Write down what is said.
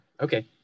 Okay